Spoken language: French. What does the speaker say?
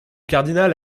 cardinal